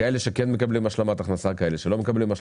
שכולל כאלה שמקבלים השלמת הכנסה וכאלה שלא מקבלים,